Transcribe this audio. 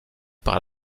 par